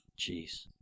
Jeez